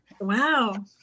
wow